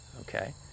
okay